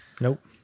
Nope